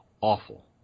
awful